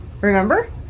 Remember